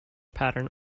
pattern